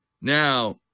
Now